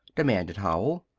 demanded howell.